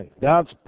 God's